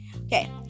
okay